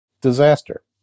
Disaster